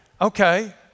okay